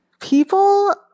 People